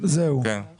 ולכן